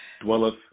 dwelleth